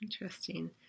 Interesting